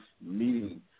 meeting